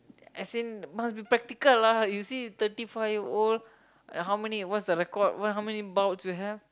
as in must be practical lah you see thirty five year old and how many what's the record what how many bouts you have